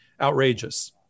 Outrageous